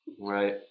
Right